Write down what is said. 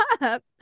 up